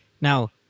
Now